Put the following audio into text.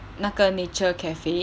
那个 nature cafe